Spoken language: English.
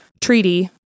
treaty